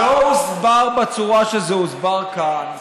לא הוסבר בצורה שזה הוסבר כאן,